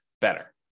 better